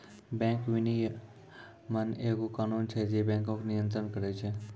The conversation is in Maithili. बैंक विनियमन एगो कानून छै जे बैंको के नियन्त्रण करै छै